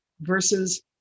versus